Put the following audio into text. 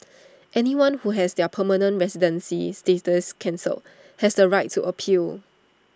anyone who has their permanent residency status cancelled has the right to appeal